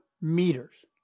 meters